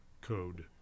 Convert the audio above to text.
code